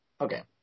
Okay